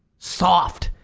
soft,